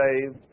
saved